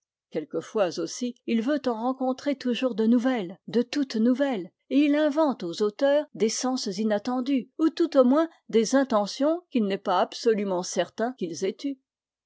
quelquefois aussi il veut en rencontrer toujours de nouvelles de toutes nouvelles et il invente aux auteurs des sens inattendus ou tout au moins des intentions qu'il n'est pas absolument certain qu'ils aient